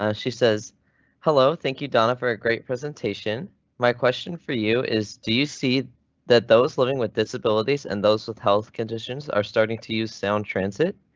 ah she says hello. thank you donna, for a great presentation my question for you is, do you see that those living with disabilities and those with health conditions are starting to use sound transit?